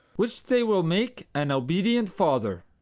which they will make an obedient father.